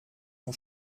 son